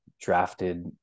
drafted